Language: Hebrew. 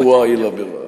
ולא קוה אלא באללה.